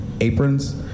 aprons